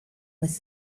with